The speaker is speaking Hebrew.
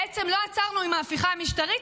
בעצם לא עצרנו עם ההפיכה המשטרית,